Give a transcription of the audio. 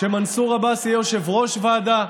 שמנסור עבאס יהיה יושב-ראש ועדה.